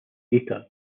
data